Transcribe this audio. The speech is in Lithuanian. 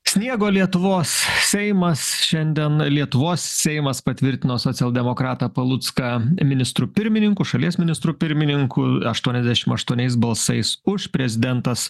sniego lietuvos seimas šiandien lietuvos seimas patvirtino socialdemokratą palucką ministru pirmininku šalies ministru pirmininku aštuoniasdešim aštuoniais balsais už prezidentas